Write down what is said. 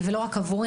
אבל לא רק עבורי,